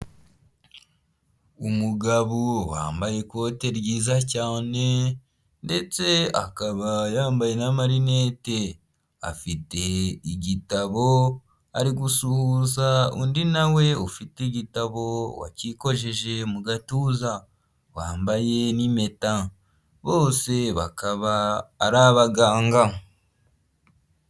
Umugabo wambaye ikoti ryiza cyane ndetse akaba yambaye na marinete afite igitabo ari gusuhuza undi nawe ufite igitabo wakikojeje mu gatuza wambaye n'impeta, bose bakaba ari abaganga.